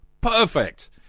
Perfect